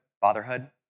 fatherhood